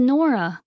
Nora